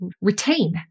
retain